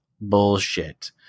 bullshit